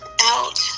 out